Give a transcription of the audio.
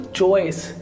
choice